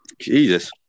Jesus